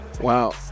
Wow